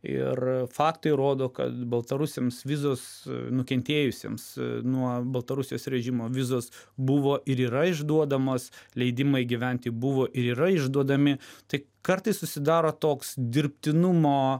ir faktai rodo kad baltarusiams vizos nukentėjusiems nuo baltarusijos režimo vizos buvo ir yra išduodamos leidimai gyventi buvo ir yra išduodami tai kartais susidaro toks dirbtinumo